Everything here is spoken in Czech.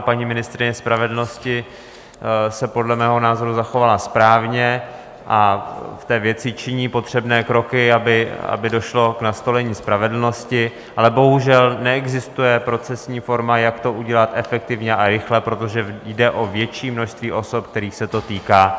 Paní ministryně spravedlnosti se podle mého názoru zachovala správně a v té věci činí potřebné kroky, aby došlo k nastolení spravedlnosti, ale bohužel neexistuje procesní forma, jak to udělat efektivně a rychle, protože jde o větší množství osob, kterých se to týká.